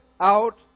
out